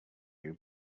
you